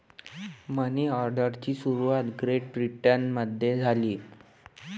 मनी ऑर्डरची सुरुवात ग्रेट ब्रिटनमध्ये झाली